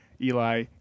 Eli